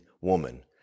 woman